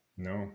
No